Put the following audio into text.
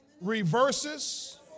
reverses